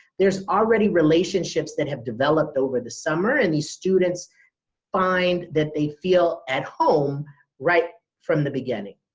there's already relationships that have developed over the summer and these students find that they feel at home right from the beginning.